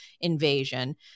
invasion